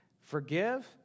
forgive